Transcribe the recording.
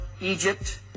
Egypt